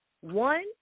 One